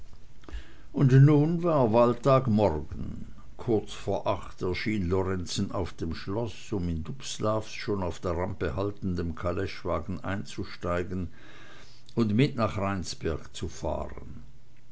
und nun war wahltagmorgen kurz vor acht erschien lorenzen auf dem schloß um in dubslavs schon auf der rampe haltenden kaleschewagen einzusteigen und mit nach rheinsberg zu fahren